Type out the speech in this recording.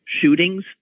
shootings